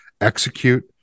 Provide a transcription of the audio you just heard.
execute